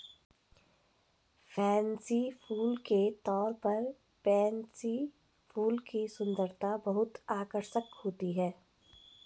fancy फूल के तौर पर पेनसी फूल की सुंदरता बहुत आकर्षक होती है